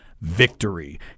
victory